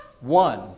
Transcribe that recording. one